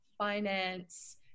finance